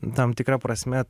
tam tikra prasme